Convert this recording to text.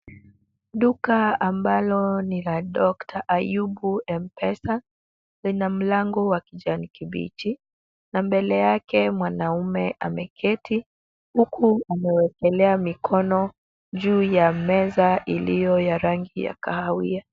Duka ambalo ni la doctor Ajub mpesa. Lina mlango wa kijani kibichi na mbele yake mwanaume ameketi huku amewekelea mikono juu ya meza iliyo ya rangi ya kahawia.